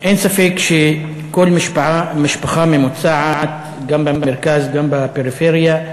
אין ספק שכל משפחה ממוצעת, גם במרכז וגם בפריפריה,